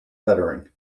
lettering